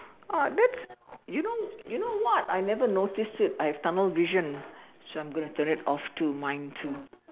ah that's you know you know what I never notice it I have tunnel vision which I'm going to turn it off too mine too